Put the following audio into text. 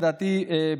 לדעתי,